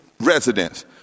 residents